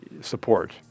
support